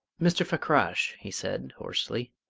mr. fakrash, he said hoarsely,